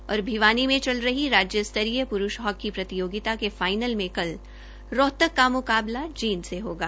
भिवानी में चल रही राज्य स्तरीय पुरूष हॉकी प्रतियोगिता के फाईनल में कल रोहतक का मुकाबला जींद से होगा